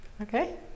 Okay